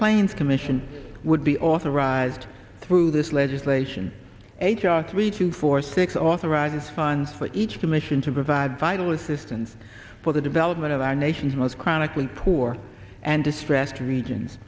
plains commission would be authorized through this legislation h r three two four six authorizes funds for each commission to provide vital assistance for the development of our nation's most chronically poor and distressed regions